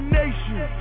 nation